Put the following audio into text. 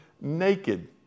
naked